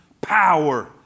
power